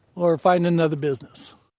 or find another business.